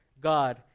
God